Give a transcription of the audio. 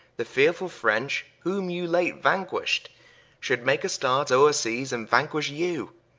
the fearfull french, whom you late vanquished should make a start ore-seas, and vanquish you?